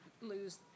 lose